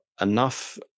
enough